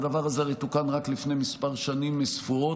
הדבר הזה הרי תוקן רק לפני שנים ספורות,